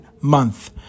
month